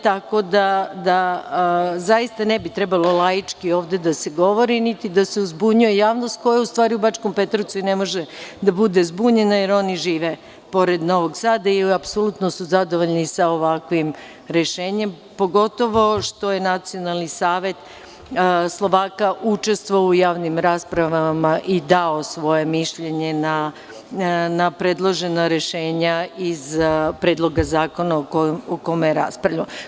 Tako da zaista ne bi trebalo lajički ovde da se govori, niti da se uzbunjuje javnost koja u stvari u Bačkom Petrovcu i ne može da bude zbunjena jer oni žive pored Novog Sada i apsolutno su zadovoljni sa ovakvim rešenjem, pogotovo što je Nacionalni savet Slovaka učestvovao u javnim raspravama i dao svoje mišljenje na predložena rešenja iz Predloga zakona o kome raspravljamo.